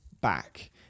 back